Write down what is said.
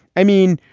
i mean,